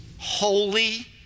holy